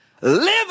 live